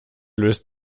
löst